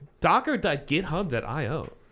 Docker.github.io